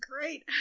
Great